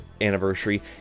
anniversary